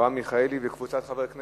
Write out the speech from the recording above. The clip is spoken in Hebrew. ואברהם מיכאלי וקבוצת חברי כנסת,